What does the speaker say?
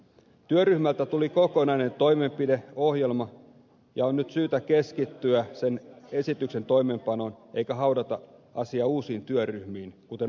työryhmältä tuli kokonainen toimenpideohjelma ja nyt on syytä keskittyä sen esitysten toimeenpanoon eikä haudata asiaa uusiin työryhmiin kuten oppositio esittää